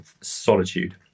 solitude